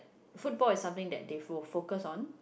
football is something that they fo~ focus on